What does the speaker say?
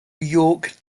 york